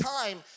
time